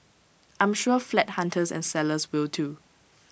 I'm sure flat hunters and sellers will too